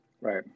right